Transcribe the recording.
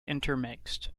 intermixed